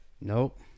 Nope